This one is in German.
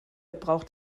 braucht